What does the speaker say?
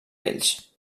ells